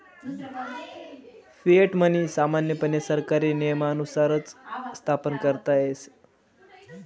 fiat money सामान्यपणे सरकारी नियमानुसारच स्थापन करता येस